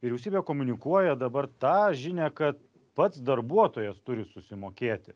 vyriausybė komunikuoja dabar tą žinią kad pats darbuotojas turi susimokėti